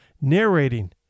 narrating